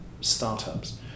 startups